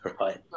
right